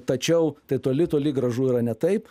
tačiau tai toli toli gražu yra ne taip